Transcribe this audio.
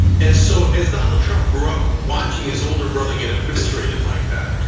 and so as donald trump grew up watching his older brother get eviscerated like that.